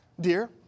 Dear